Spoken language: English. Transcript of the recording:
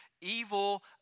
Evil